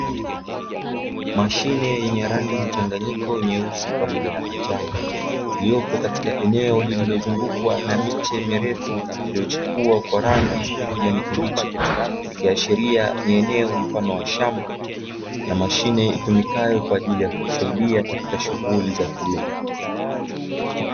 Mashine yenye rangi mchanganyiko nyeusi pamoja na manjano iliyopo, kwenye eneo lililozungukwa na miche mirefu iliochipuwa kwa rangi ya kijani kibichi ikiashiria ni eneo mfano wa shamba na mashine itumikayo kwa ajili ya kusaidia katika shughuli za kilimo.